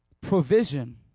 Provision